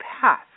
path